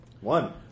One